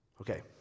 Okay